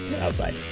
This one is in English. outside